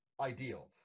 ideal